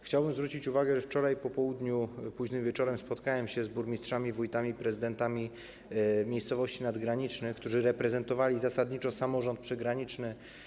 Chciałbym zwrócić uwagę, że wczoraj po południu, późnym wieczorem spotkałem się z burmistrzami, wójtami, prezydentami miejscowości nadgranicznych, którzy reprezentowali zasadniczo samorząd przygraniczny.